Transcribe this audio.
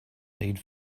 need